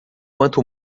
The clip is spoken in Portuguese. quanto